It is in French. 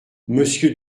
monsieur